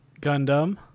Gundam